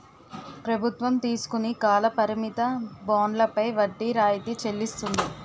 ప్రభుత్వం తీసుకుని కాల పరిమిత బండ్లపై వడ్డీ రాయితీ చెల్లిస్తుంది